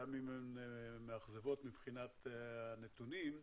גם אם הן מאכזבות מבחינת הנתונים,